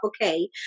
okay